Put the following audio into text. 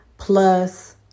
Plus